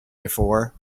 before